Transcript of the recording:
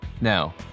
Now